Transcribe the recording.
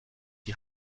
die